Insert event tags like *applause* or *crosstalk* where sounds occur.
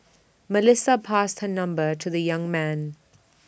Melissa passed her number to the young man *noise*